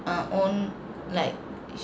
uh own like